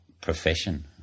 profession